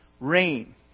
Rain